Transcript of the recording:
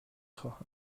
خواهم